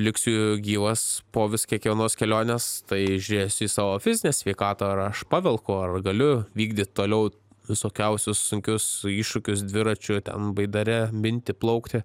liksiu gyvas po kiekvienos kelionės tai žiūrėsiu į savo fizinę sveikatą ar aš pavelku ar galiu vykdyt toliau visokiausius sunkius iššūkius dviračiu ten baidare minti plaukti